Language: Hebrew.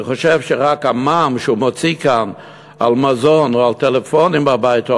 אני חושב שרק המע"מ שהוא מוציא כאן על מזון או על טלפונים הביתה,